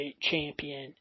champion